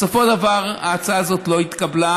בסופו של דבר ההצעה הזאת לא התקבלה.